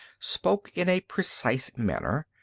spoke in a precise manner,